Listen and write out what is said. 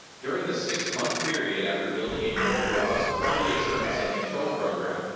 during the six month period after building a more robust quality assurance and control program,